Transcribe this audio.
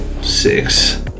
Six